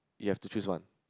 you have to choose one